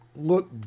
look